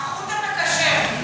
החוט המקשר.